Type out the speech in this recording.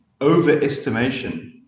overestimation